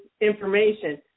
information